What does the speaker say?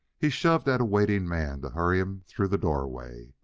he shoved at a waiting man to hurry him through the doorway.